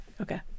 Okay